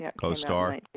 co-star